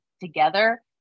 together